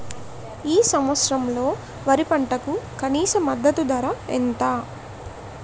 ఈ సంవత్సరంలో వరి పంటకు కనీస మద్దతు ధర ఎంత?